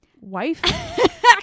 wife